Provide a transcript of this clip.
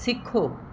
ਸਿੱਖੋ